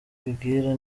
abibwira